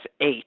eight